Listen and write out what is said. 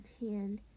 hand